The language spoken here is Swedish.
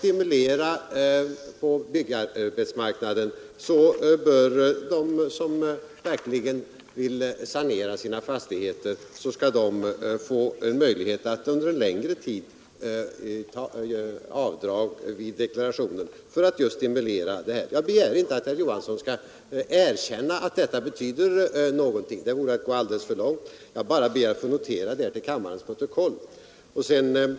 I samma syfte har vi föreslagit att de som verkligen vill sanera sina fastigheter bör få möjlighet att under en längre tid göra avdrag i deklarationen. Jag begär inte att herr Johansson skall erkänna att detta betyder någonting, det vore att gå alldeles för långt. Jag bara ber att få det noterat till kammarens protokoll.